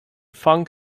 funk